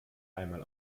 einmal